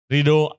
Rido